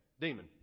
demon